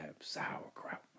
sauerkraut